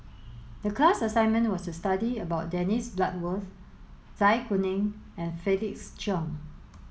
the class assignment was to study about Dennis Bloodworth Zai Kuning and Felix Cheong